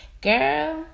Girl